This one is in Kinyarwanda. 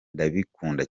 ndabikunda